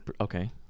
Okay